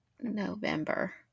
November